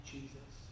Jesus